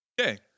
okay